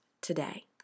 today